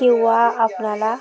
किंवा आपणाला